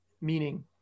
meaning